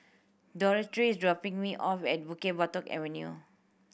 Dorthy is dropping me off at Bukit Batok Avenue